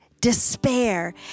despair